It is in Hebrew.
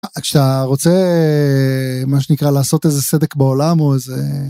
כשאתה רוצה מה שנקרא לעשות איזה סדק בעולם או איזה.